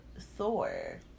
Thor